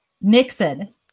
Nixon